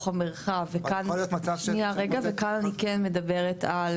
המרחב וכאן --- אבל יכול להיות מצב שאת מוצאת --- שנייה רגע.